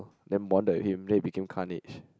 then bonded with him then he became Carnage